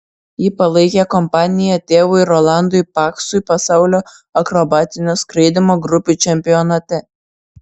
ji palaikė kompaniją tėvui rolandui paksui pasaulio akrobatinio skraidymo grupių čempionate